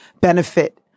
benefit